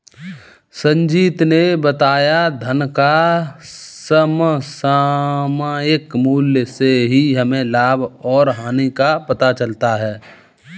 संजीत ने बताया धन का समसामयिक मूल्य से ही हमें लाभ और हानि का पता चलता है